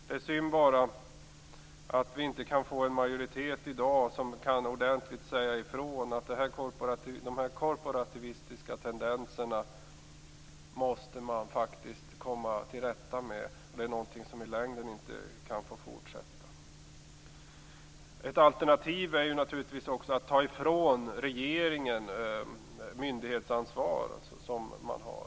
Det är bara synd att vi i dag inte kan få till stånd en majoritet som ordentligt kan säga ifrån, som kan säga att man faktiskt måste komma till rätta med de här korporativistiska tendenserna - det är något som i längden inte kan få fortsätta. Ett alternativ är naturligtvis att ta ifrån regeringen det myndighetsansvar som man har.